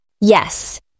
yes